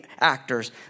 actors